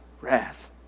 wrath